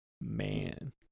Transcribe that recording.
Man